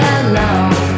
alone